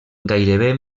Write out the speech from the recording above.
gairebé